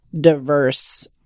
diverse